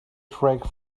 track